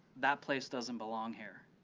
that place doesn't belong here.